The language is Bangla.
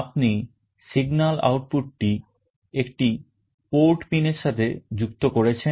আপনি signal আউটপুটটি একটি port pinএর সাথে যুক্ত করেছেন